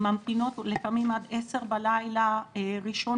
ממתינות לפעמים עד 22:00 בלילה ראשון